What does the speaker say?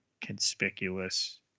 conspicuous